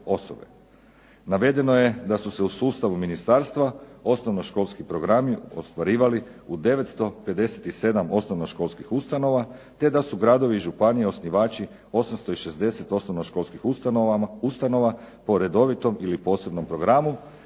Navedeno je da su se u sustavu ministarstva osnovnoškolski programi ostvarivali u 957 osnovnoškolskih ustanova te da su gradovi i županije osnivači 860 osnovnoškolskih ustanova po redovitom ili posebnom programu,